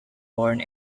born